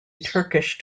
turkish